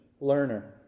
learner